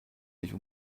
nicht